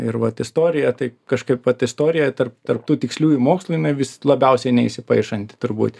ir vat istorija tai kažkaip vat istorija tarp tarp tų tiksliųjų mokslų jinai vis labiausiai neįsipaišanti turbūt